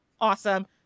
awesome